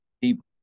people